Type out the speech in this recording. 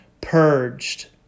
purged